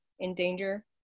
endanger